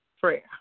prayer